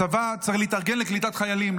הצבא צריך להתארגן לקליטת חיילים,